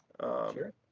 Sure